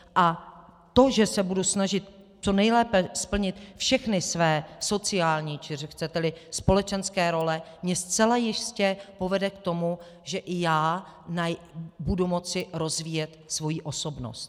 A to, že se budu snažit co nejlépe splnit všechny své sociální, či chceteli společenské role, mě zcela jistě povede k tomu, že i já budu moci rozvíjet svoji osobnost.